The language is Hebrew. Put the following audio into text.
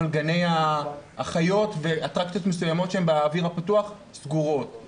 אבל גני החיות ואטרקציות מסוימות שהן באוויר הפתוח סגורות.